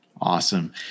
Awesome